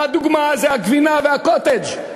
והדוגמה היא הגבינה הלבנה והקוטג'.